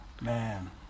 Man